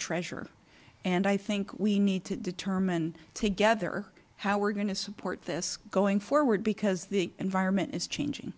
treasure and i think we need to determine together how we're going to support this going forward because the environment is changing